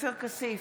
עופר כסיף,